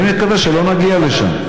אני מקווה שלא נגיע לשם.